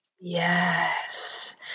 Yes